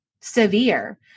severe